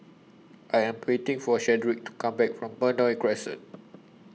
I Am waiting For Shedrick to Come Back from Benoi Crescent